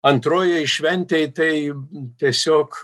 antrojoj šventėj tai tiesiog